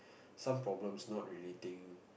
some problems not relating